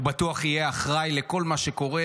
הוא בטוח יהיה אחראי לכל מה שקורה.